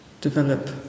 develop